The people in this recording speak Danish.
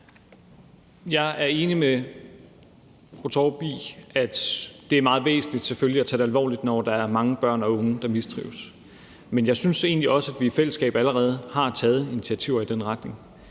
det selvfølgelig er meget væsentligt at tage det alvorligt, når der er mange børn og unge, der mistrives. Men jeg synes egentlig også, at vi i fællesskab allerede har taget initiativer i den retning.